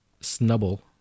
Snubble